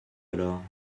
alors